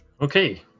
Okay